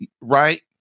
Right